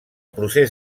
procés